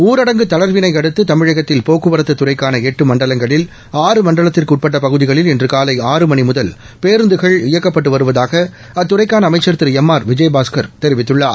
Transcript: ஊரடங்கு தளா்வினை அடுத்து தமிழகத்தில் போக்குவரத்தத் துறைக்கான எட்டு மண்டலங்களில் ஆறு மண்டலத்திற்கு உட்பட்ட பகுதிகளில் இன்று காலை ஆறு மணி முதல் பேருந்துகள் இயக்கப்பட்டு வருவதாக அத்துறைக்கான அமைச்சர் திரு எம் ஆர் விஜயபாஸ்கர் தெரிவித்துள்ளார்